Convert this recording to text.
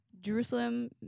Jerusalem